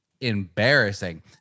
embarrassing